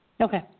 Okay